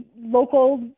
local